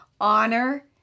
honor